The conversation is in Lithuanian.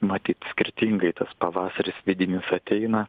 matyt skirtingai tas pavasaris vidinis ateina